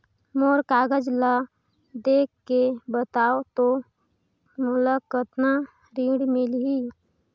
मोर कागज ला देखके बताव तो मोला कतना ऋण मिलही?